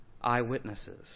eyewitnesses